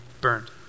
burned